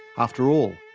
after all,